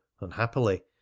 unhappily